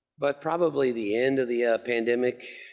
by probably the end of the pandemic